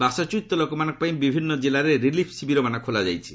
ବାସଚ୍ୟୁତ ଲୋକମାନଙ୍କ ପାଇଁ ବିଭିନ୍ନ କିଲ୍ଲାରେ ରିଲିଫ୍ ଶିବିରମାନ ଖୋଲା ଯାଇଛି